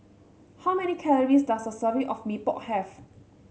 how many calories does a serving of Mee Pok have